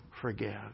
forgive